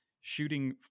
shooting